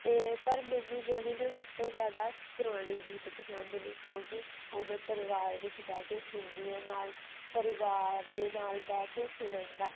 ਅਤੇ ਪਰ ਮੈਨੂੰ ਜਿਹੜੇ ਨੇ ਉਹ ਸਭ ਤੋਂ ਜ਼ਿਆਦਾ ਪੁਰਾਣੇ ਗੀਤ ਪਸੰਦ ਨੇ ਕਿਉਂਕਿ ਉਹ ਮੈਂ ਪਰਿਵਾਰ ਵਿੱਚ ਬਹਿ ਕੇ ਸੁਣਦੀ ਹਾਂ ਨਾਲ ਪਰਿਵਾਰ ਦੇ ਨਾਲ ਬਹਿ ਕੇ ਸੁਣਨ ਦਾ